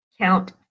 Count